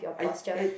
I I